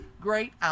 Great